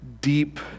deep